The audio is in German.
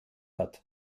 hat